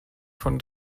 von